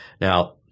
Now